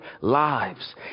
lives